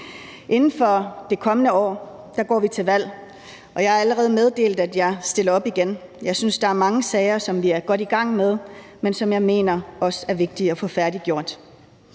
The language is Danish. Inden for det kommende år går vi til valg, og jeg har allerede meddelt, at jeg stiller op igen. Jeg synes, der er mange sager, som vi er godt i gang med, men som jeg mener også er vigtige at få færdiggjort.